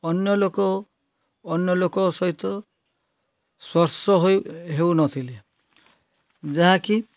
ଅନ୍ୟଲୋକ ଅନ୍ୟଲୋକ ସହିତ ସ୍ପର୍ଶ ହେଉନଥିଲେ ଯାହାକି